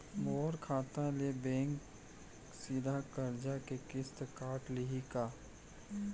मोर खाता ले बैंक सीधा करजा के किस्ती काट लिही का?